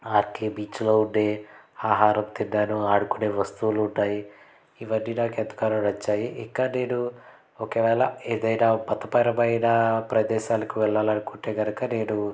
RK బీచ్లో ఉండే ఆహారం తిన్నాను ఆడుకునే వస్తువులు ఉంటాయి ఇవన్నీ నాకు ఎంతగానో నచ్చాయి ఇంకా నేను ఒకవేళ ఏదైనా మతపరమైనా ప్రదేశాలకు వెళ్ళాలనుకుంటే కనక నేను